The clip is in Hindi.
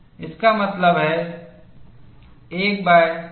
इसका मतलब है 1100thmm